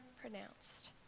pronounced